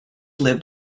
lived